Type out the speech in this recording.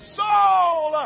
soul